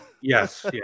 yes